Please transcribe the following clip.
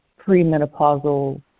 premenopausal